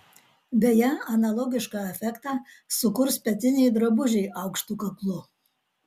beje analogišką efektą sukurs petiniai drabužiai aukštu kaklu